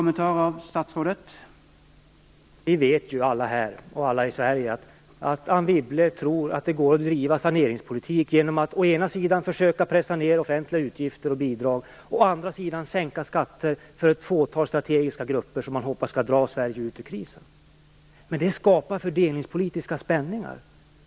Herr talman! Vi vet, alla här i riksdagen och alla i Sverige, att Anne Wibble tror att det går att driva saneringspolitik genom att å ena sidan försöka pressa ned offentliga utgifter och bidrag och å andra sidan sänka skatter för ett fåtal strategiska grupper, som man hoppas skall dra Sverige ur krisen. Men detta skapar fördelningspolitiska spänningar.